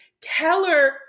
Keller